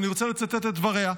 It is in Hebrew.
אני רוצה לצטט את דבריה: